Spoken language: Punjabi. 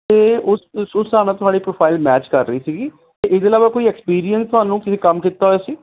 ਅਤੇ ਉਸ ਉਸ ਹਿਸਾਬ ਨਾਲ ਤੁਹਾਡੀ ਪ੍ਰੋਫਾਈਲ ਮੈਚ ਕਰ ਰਹੀ ਸੀਗੀ ਇਹਦੇ ਇਲਾਵਾ ਕੋਈ ਐਕਸਪੀਰੀਅੰਸ ਤੁਹਾਨੂੰ ਕੀ ਕੰਮ ਕੀਤਾ ਹੋਇਆ ਤੁਸੀਂ